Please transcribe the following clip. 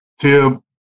Tib